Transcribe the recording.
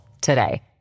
today